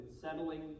settling